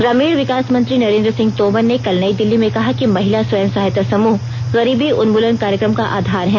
ग्रामीण विकास मंत्री नरेन्द्र सिंह तोमर ने कल नई दिल्ली में कहा कि महिला स्व सहायता समूह गरीबी उन्मूलन कार्यक्रम का आधार है